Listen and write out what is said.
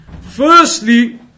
Firstly